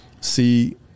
see